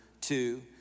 two